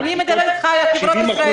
70%. אני מדברת איתך על החברות הישראליות